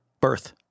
birth